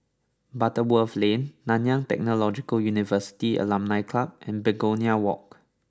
Butterworth Lane Nanyang Technological University Alumni Club and Begonia Walk